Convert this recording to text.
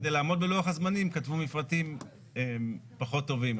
כדי לעמוד בלוח הזמנים כתבו מפרטים פחות טובים.